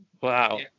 Wow